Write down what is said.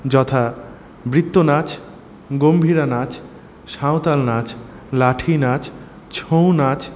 যথা বৃত্ত নাচ গম্ভীরা নাচ সাঁওতাল নাচ লাঠি নাচ ছৌ নাচ